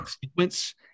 sequence